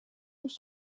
już